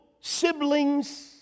siblings